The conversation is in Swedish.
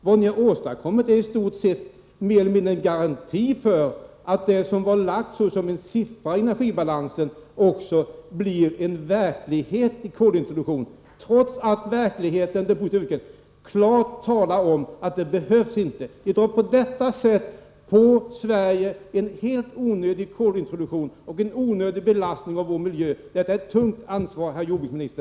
Vad ni har åstadkommit är i stort sett en garanti — mer eller mindre — för att det som har framförts som en siffra i energibalansen också blir verklighet i fråga om kolintroduktion, trots att verkligheten klart visar att det inte behövs. På detta sätt får Sverige en helt onödig kolintroduktion och en onödig belastning på vårt lands miljö. Detta innebär ett tungt ansvar, herr jordbruksminister.